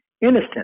innocent